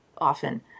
often